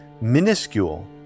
minuscule